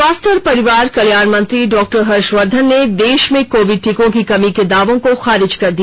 स्वास्थ्य और परिवार कल्याण मंत्री डॉक्टर हर्षवर्धन ने देश में कोविड टीकों की कमी के दावों को खारिज कर दिया